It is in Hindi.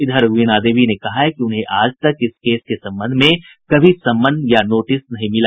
इधर वीणा देवी ने कहा है कि उन्हें आजतक इस केस के संबंध में कभी समन या नोटिस नहीं मिला